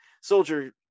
soldier